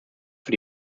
für